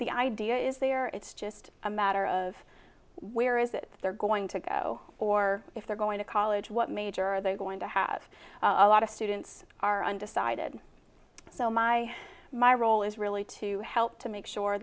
the idea is they are it's just a matter of where is it they're going to go or if they're going to college what major are they going to have a lot of students are undecided so my my role is really to help to make sure